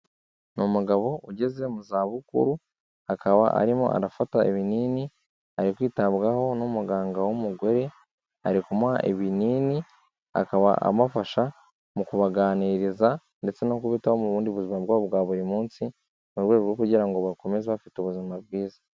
Ni umugabo ugeze mu zabukuru, akaba arimo anafata ibinini, ari kwitabwaho n'umuganga w'umugore, ari kumuha ibinini, akaba amufasha mu kubaganiriza ndetse no kubitamo mu bundi buzima bwabo bwa buri munsi, mu rwego rwo kugira ngo bakomeze bafite ubuzima bwiza.